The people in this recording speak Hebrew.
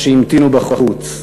שהמתינו בחוץ.